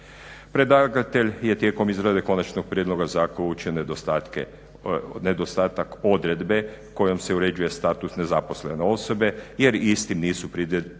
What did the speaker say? Predlagatelj je tijekom izrade konačnog prijedloga zakona uočio nedostatak odredbe kojom se uređuje statut nezaposlene osobe jer istim nisu predviđeni